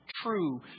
true